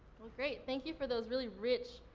great. thank you for those really rich,